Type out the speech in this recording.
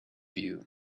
you